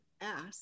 ask